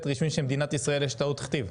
רשמי של מדינת ישראל יש טעות כתיב.